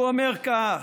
הוא אומר כך: